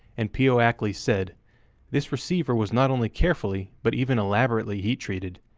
and p o. ackley said this receiver was not only carefully, but even elaborately heat treated.